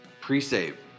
pre-save